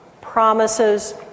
promises